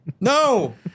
No